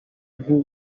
nk’u